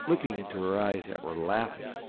looking into her eyes that were laughing,